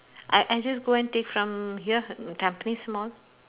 I I just go and take from here tampines mall